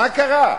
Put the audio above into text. מה קרה?